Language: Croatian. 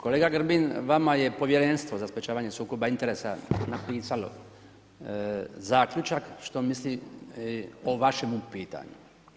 Kolega Grbin vama je Povjerenstvo za sprečavanje sukoba interesa napisalo zaključak što misli o vašemu pitanju.